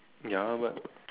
ya but